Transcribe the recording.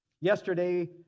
Yesterday